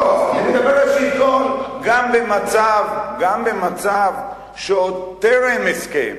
לא, אני מדבר, גם במצב עוד טרם הסכם.